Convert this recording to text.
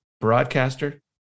broadcaster